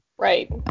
Right